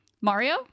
mario